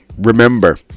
Remember